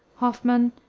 hoffmann,